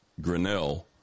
Grinnell